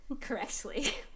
correctly